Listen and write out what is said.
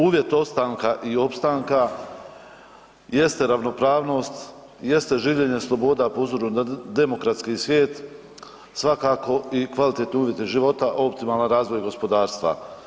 Uvjet ostanka i opstanka jeste ravnopravnost, jeste življenje sloboda po uzoru na demokratski svijet, svakako i kvalitet uvjeta života, optimalan razvoj gospodarstva.